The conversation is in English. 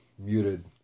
muted